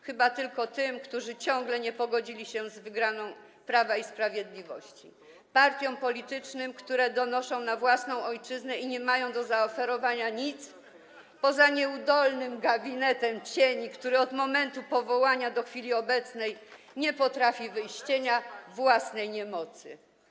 Chyba tylko tym, którzy ciągle nie pogodzili się z wygraną Prawa i Sprawiedliwości, partiom politycznym, które donoszą na własną ojczyznę i nie mają do zaoferowania nic poza nieudolnym gabinetem cieni, który od momentu powołania do chwili obecnej nie potrafi wyjść z cienia własnej niemocy.